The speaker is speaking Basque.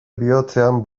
bihotzean